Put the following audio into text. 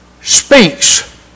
speaks